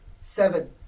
Seven